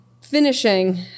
finishing